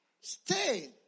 stay